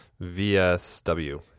VSW